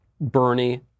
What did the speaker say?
Bernie